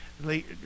late